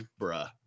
bruh